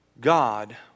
God